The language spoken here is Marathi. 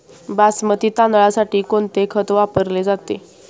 बासमती तांदळासाठी कोणते खत वापरले जाते?